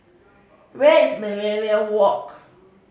where is Millenia Walk